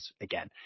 again